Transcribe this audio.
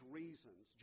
reasons